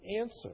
answer